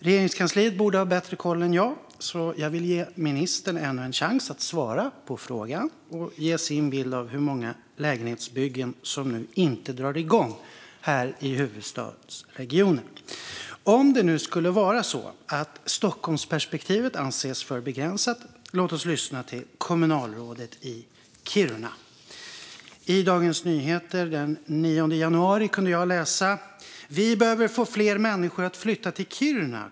Regeringskansliet borde ha bättre koll än jag, så jag vill ge ministern ännu en chans att svara på frågan och ge sin bild av hur många lägenhetsbyggen som nu inte drar igång här i huvudstadsregionen. Om det nu skulle vara så att Stockholmsperspektivet anses för begränsat, låt oss i stället lyssna till kommunalrådet i Kiruna! I Dagens Nyheter den 9 januari kunde jag läsa följande: "Vi behöver få fler människor att flytta till Kiruna.